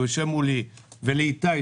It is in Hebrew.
ולאיתי,